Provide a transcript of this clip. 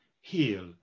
heal